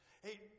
Hey